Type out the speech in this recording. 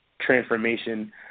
transformation